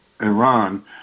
Iran